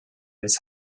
his